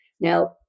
Now